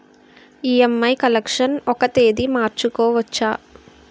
EMI collection ఒక తేదీ మార్చుకోవచ్చా?